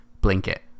Blanket